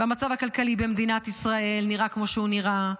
והמצב הכלכלי במדינת ישראל נראה כמו שהוא נראה,